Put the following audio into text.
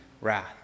wrath